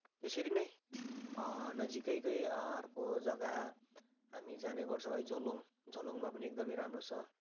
यसरी नै नजिकैको अर्को जग्गा हामी जाने गर्छौँ है झोलुङ झोलुङमा पनि एकदमै राम्रो छ